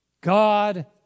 God